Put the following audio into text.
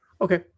Okay